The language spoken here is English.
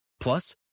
Plus